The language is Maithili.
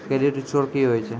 क्रेडिट स्कोर की होय छै?